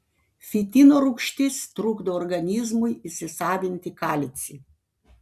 fitino rūgštis trukdo organizmui įsisavinti kalcį